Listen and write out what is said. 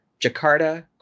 Jakarta